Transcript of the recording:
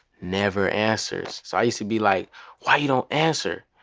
never answers. so i used to be like why you don't answer?